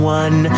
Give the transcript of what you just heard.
one